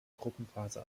gruppenphase